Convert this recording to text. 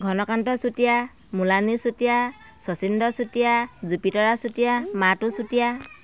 Ghanakanta Chutia Mulani Chutia Sachindra Chutia Jupitara Chutia Matu Chutia